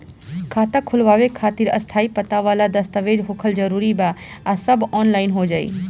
खाता खोलवावे खातिर स्थायी पता वाला दस्तावेज़ होखल जरूरी बा आ सब ऑनलाइन हो जाई?